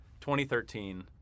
2013